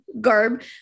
garb